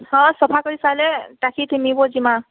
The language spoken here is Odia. ହଁ ସଫା କରି ସାଇଲେ ତାକି ଥିମି ବୋ ଯିମା